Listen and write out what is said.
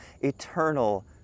eternal